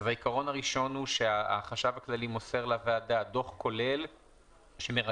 העיקרון הראשון הוא שהחשב הכללי מוסר לוועדה דוח כולל שמרכז